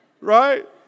right